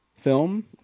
film